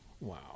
Wow